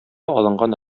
алынган